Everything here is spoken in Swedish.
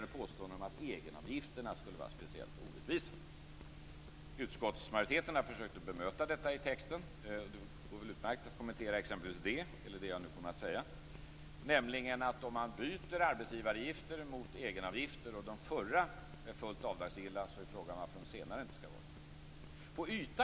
Det gäller påståendet att egenavgifterna skulle vara speciellt orättvisa. Utskottsmajoriteten har försökt att bemöta detta i texten - det går utmärkt att kommentera exempelvis det eller det som jag nu kommer att säga - genom att framhålla att om man byter arbetsgivaravgifter mot egenavgifter och de förra är fullt avdragsgilla, finns det inget skäl till att de senare inte skall vara det.